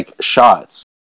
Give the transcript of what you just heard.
shots